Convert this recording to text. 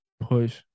push